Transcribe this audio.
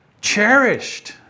cherished